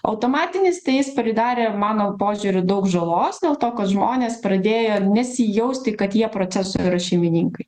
automatinis tai jis pridarė mano požiūriu daug žalos dėl to kad žmonės pradėjo nesijausti kad jie proceso yra šeimininkai